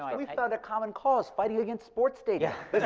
we found a common cause fighting against sports stadiums.